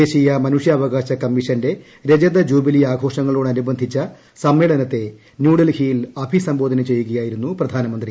ദേശീയ മനുഷ്യാവകാശ കമ്മീഷന്റെ രജത ജൂബിലി ആഘോഷങ്ങളോടനുബന്ധിച്ച സമ്മേളനത്തെ ന്യൂഡൽഹിയിൽ അഭിസംബോധന ചെയ്യുകയായിരുന്നു പ്രധാനമന്ത്രി